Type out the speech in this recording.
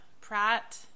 Pratt